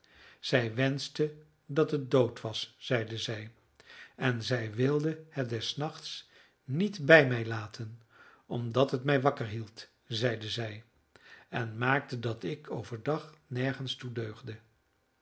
zij wenschte dat het dood was zeide zij en zij wilde het des nachts niet bij mij laten omdat het mij wakker hield zeide zij en maakte dat ik over dag nergens toe deugde